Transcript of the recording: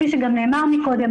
כפי שגם נאמר מקודם,